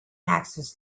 access